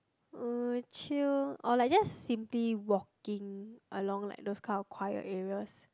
uh chill or like just simply walking around like those kind of quiet areas